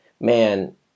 man